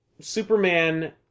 Superman